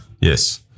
Yes